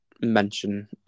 mention